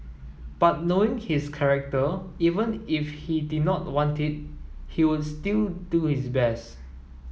but knowing his character even if he did not want it he would still do his best